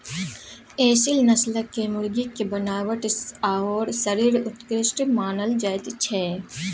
एसील नस्लक मुर्गीक बनावट आओर शरीर उत्कृष्ट मानल जाइत छै